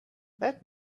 that